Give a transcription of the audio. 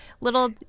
little